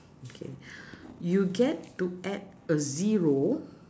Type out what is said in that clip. okay you get to add a zero